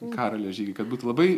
karolio žygį kad būtų labai